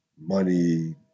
money